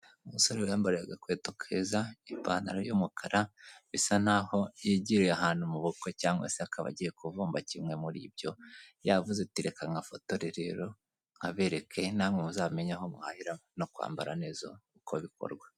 Umusore wiyambariye agakweto keza, ipantaro y'umukara, bisa naho yigiriye ahantu mu bukwe, cyangwa se akaba agiye kuvumba kimwe muri ibyo, yavuze ati reka nkafotore rero nkabereke, namwe muzamenye aho muhahira no kwambara neza uko bikorwa.